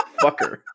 fucker